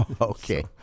okay